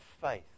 faith